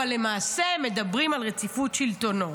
אבל למעשה הם מדברים על רציפות שלטונו".